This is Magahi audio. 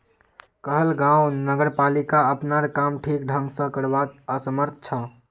कहलगांव नगरपालिका अपनार काम ठीक ढंग स करवात असमर्थ छ